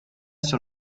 sur